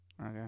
Okay